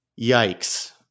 Yikes